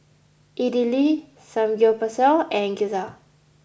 Idili Samgeyopsal and Gyoza